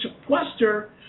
sequester